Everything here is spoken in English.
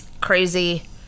crazy